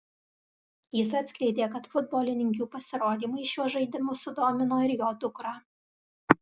jis atskleidė kad futbolininkių pasirodymai šiuo žaidimu sudomino ir jo dukrą